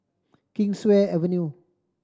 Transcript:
Kingswear Avenue